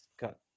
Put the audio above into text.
got